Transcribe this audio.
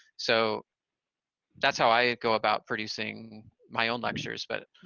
so that's how i go about producing my own lectures, but